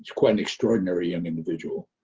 quite an extraordinary young individual.